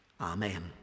Amen